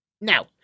Now